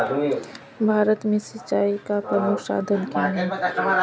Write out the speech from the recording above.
भारत में सिंचाई का प्रमुख साधन क्या है?